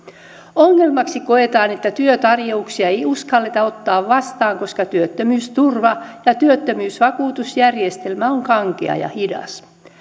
ongelmaksi koetaan että työtarjouksia ei uskalleta ottaa vastaan koska työttömyysturva ja työttömyysvakuutusjärjestelmä on kankea ja hidas